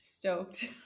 stoked